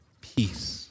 peace